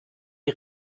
die